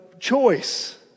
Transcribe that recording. choice